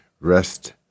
rest